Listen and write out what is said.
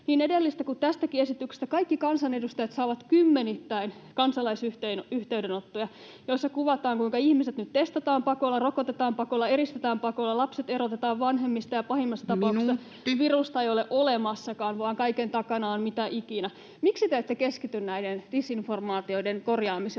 edellisestä kuin tästäkin esityksestä kaikki kansanedustajat saavat kymmenittäin kansalaisyhteydenottoja, joissa kuvataan, kuinka ihmiset nyt testataan pakolla, rokotetaan pakolla, eristetään pakolla, lapset erotetaan vanhemmista ja pahimmassa tapauksessa [Puhemies: Minuutti!] virusta ei ole olemassakaan vaan kaiken takana on mitä ikinä. Miksi te ette keskity näiden disinformaatioiden korjaamiseen